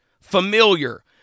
familiar